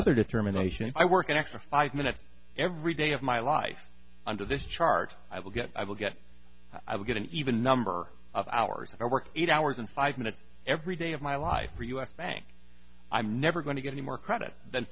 leather determination i work an extra five minutes every day of my life under this chart i will get i will get i will get an even number of hours of work eight hours and five minutes every day of my life or u s bank i'm never going to get any more credit than